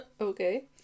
Okay